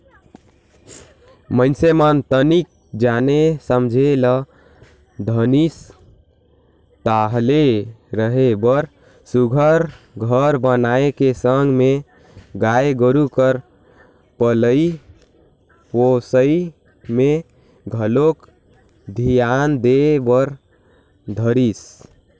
मइनसे मन तनिक जाने समझे ल धरिस ताहले रहें बर सुग्घर घर बनाए के संग में गाय गोरु कर पलई पोसई में घलोक धियान दे बर धरिस